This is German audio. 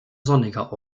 sonniger